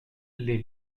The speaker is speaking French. les